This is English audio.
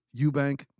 Eubank